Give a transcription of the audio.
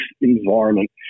environment